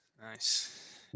Nice